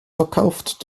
verkauft